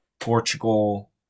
Portugal